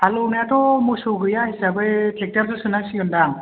हालेवनायाथ' मोसौ गैया हिसाबै ट्रेकटारसो सानांसिगोनदां